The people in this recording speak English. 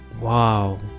Wow